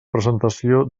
presentació